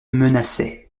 menaçait